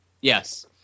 Yes